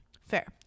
fair